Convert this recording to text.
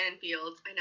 Fields